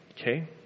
Okay